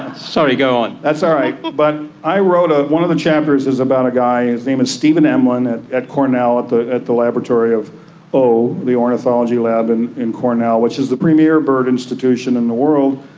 sorry, go on. that's all right. but i wrote, ah one of the chapters is about a guy whose name is stephen emlen at at cornell at the at the laboratory of o, the ornithology lab and in cornell, which is the premier bird institution in the world,